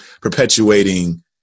perpetuating